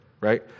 Right